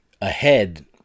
ahead